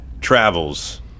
travels